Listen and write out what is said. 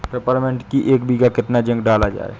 Peppermint की एक बीघा कितना जिंक डाला जाए?